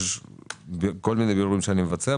יש כל מיני בירורים שאני עורך.